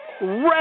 Red